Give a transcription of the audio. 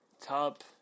top